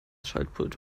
schaltpult